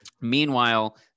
Meanwhile